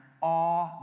awe